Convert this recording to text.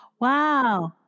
Wow